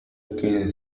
que